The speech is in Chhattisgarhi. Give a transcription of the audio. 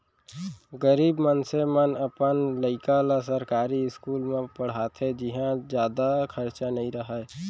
गरीब मनसे मन अपन लइका ल सरकारी इस्कूल म पड़हाथे जिंहा जादा खरचा नइ रहय